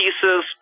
pieces